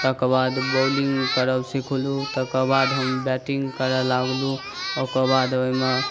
तकर बाद बौलिंग करब सिखलहुॅं तकर बाद हम बैटिंग करय लागलहुॅं ओकर बाद ओहिमे